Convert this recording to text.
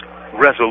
resolution